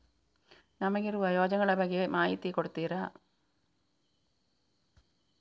ನಮಗಿರುವ ಯೋಜನೆಗಳ ಬಗ್ಗೆ ಮಾಹಿತಿ ಕೊಡ್ತೀರಾ?